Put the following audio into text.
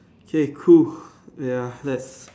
okay cool ya let's